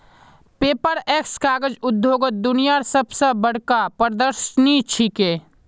Paperex कागज उद्योगत दुनियार सब स बढ़का प्रदर्शनी छिके